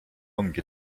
ongi